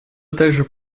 также